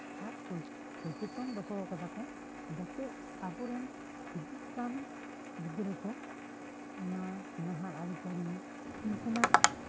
ᱟᱨᱠᱚ ᱡᱚᱛᱚᱱ ᱫᱚᱦᱚ ᱠᱟᱫᱟ ᱠᱚ ᱡᱟᱛᱮ ᱟᱵᱚᱨᱮᱱ ᱦᱤᱡᱩᱜ ᱠᱟᱱ ᱜᱤᱫᱽᱨᱟᱹ ᱠᱚ ᱚᱱᱟ ᱱᱟᱦᱟᱜ ᱟᱹᱨᱤᱪᱟᱞᱤ ᱤᱱᱠᱟᱹᱱᱟᱜ